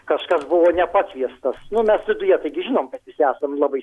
kažkas buvo nepakviestas nu mes viduje taigi žinom kad visi esam labai